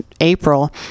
April